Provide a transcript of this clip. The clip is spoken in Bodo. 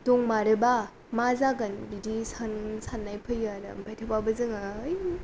दंमारोबा मा जागोन बिदि साननाय फैयो आरो ओमफ्राय थेउबाबो जोङो ओइ